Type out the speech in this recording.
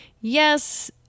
yes